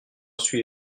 suis